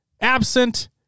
Absent